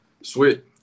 Sweet